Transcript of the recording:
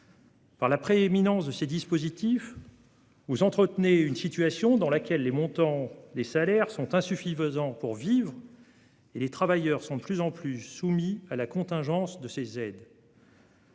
Par la prééminence de tels dispositifs, vous entretenez une situation dans laquelle les montants des salaires sont insuffisants pour vivre et où les travailleurs sont de plus en plus soumis à la contingence des aides.